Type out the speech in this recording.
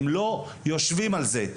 אם לא יושבים על זה,